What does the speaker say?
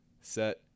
set